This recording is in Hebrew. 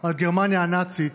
על גרמניה הנאצית,